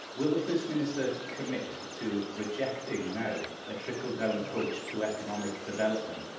will the first minister commit to rejecting now a trickle-down approach to economic development,